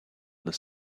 the